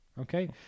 Okay